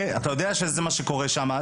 אתה יודע שזה מה שקורה שם.